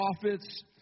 prophets